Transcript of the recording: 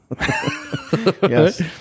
yes